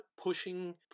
pushing